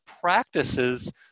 practices